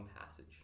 passage